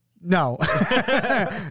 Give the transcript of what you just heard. No